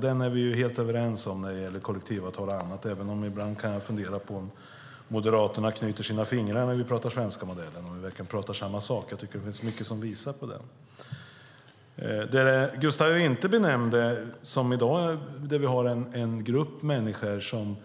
Den är vi helt överens om när det gäller kollektivavtal och annat, även om jag ibland kan fundera på om Moderaterna korsar sina fingrar när vi pratar om den svenska modellen. Pratar vi verkligen om samma sak? Dem Gustav Nilsson inte nämnde är dess värre de som är utstationerade till Sverige. Det är en grupp människor som